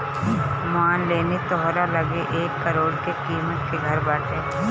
मान लेनी तोहरा लगे एक करोड़ के किमत के घर बाटे